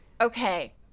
Okay